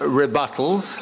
rebuttals